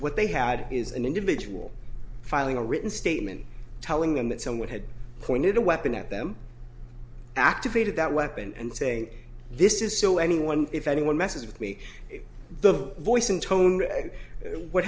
what they had is an individual filing a written statement telling that someone had pointed a weapon at them activated that weapon and say this is so anyone if anyone messes with me the voice and tone what